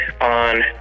on